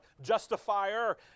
justifier